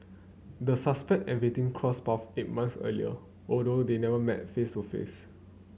the suspect and victim crossed path eight months earlier although they never met face to face